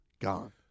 gone